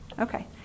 Okay